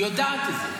היא יודעת את זה.